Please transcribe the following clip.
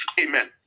amen